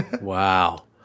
Wow